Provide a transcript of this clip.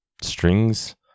strings